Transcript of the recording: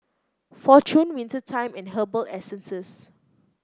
Fortune Winter Time and Herbal Essences